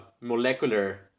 molecular